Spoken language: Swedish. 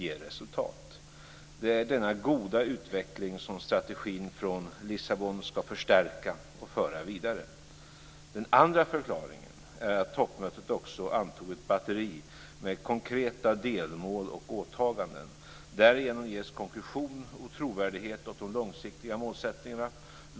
Det är denna goda utveckling som strategin från Lissabon ska förstärka och föra vidare. Den andra förklaringen är att toppmötet också antog ett batteri med konkreta delmål och åtaganden. Därigenom ges konklusion och trovärdighet åt de långsiktiga målsättningarna.